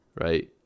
Right